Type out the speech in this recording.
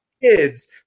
Kids